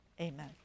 amen